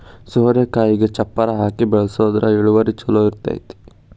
ಸೋರೆಕಾಯಿಗೆ ಚಪ್ಪರಾ ಹಾಕಿ ಬೆಳ್ಸದ್ರ ಇಳುವರಿ ಛಲೋ ಬರ್ತೈತಿ